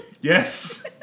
Yes